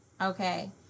okay